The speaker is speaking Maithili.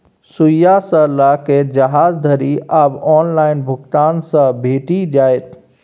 सुईया सँ लकए जहाज धरि आब ऑनलाइन भुगतान सँ भेटि जाइत